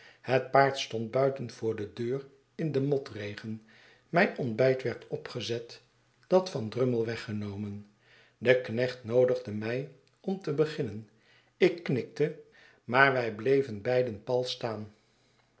het paard stond buiten voor de deur in den motregen mijn ontbyt werd opgezet dat van drummle weggenomen de knecht noodigde mij om te beginnen ik knikte maar wij bleven beiden pal staan